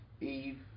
Eve